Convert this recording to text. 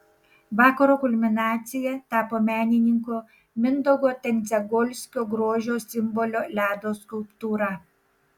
vakaro kulminacija tapo menininko mindaugo tendziagolskio grožio simbolio ledo skulptūra